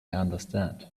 understand